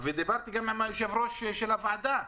דיברתי גם עם יושב-ראש הוועדה,